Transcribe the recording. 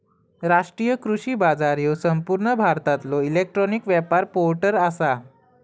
राष्ट्रीय कृषी बाजार ह्यो संपूर्ण भारतातलो इलेक्ट्रॉनिक व्यापार पोर्टल आसा